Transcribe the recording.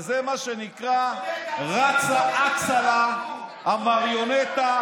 מה שנקרא אצה רצה לה המריונטה,